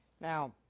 Now